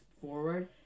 forward